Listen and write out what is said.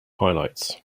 highlights